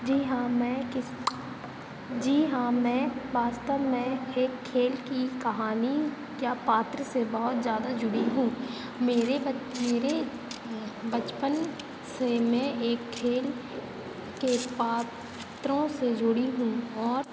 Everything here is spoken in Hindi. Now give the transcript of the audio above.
जी हाँ मैं किस जी हाँ मैं वास्तव में एक खेल की कहानी क्या पात्र से बहुत ज्यादा जुड़ी हूँ मेरे बच् मेरे बचपन से मैं एक खेल के पात्रों से जुड़ी हूँ और